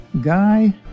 Guy